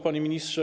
Panie Ministrze!